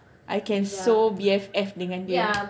I can so B_F_F dengan dia